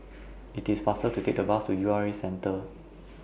IT IS faster to Take The Bus to U R A Centre